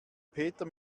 peter